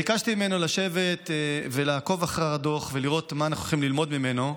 ביקשתי ממנו לשבת ולעקוב אחר הדוח ולראות מה אנחנו יכולים ללמוד ממנו,